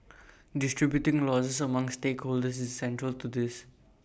distributing losses among stakeholders is central to this